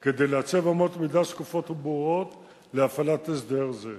כדי לעצב אמות מידה שקופות וברורות להפעלת הסדר זה.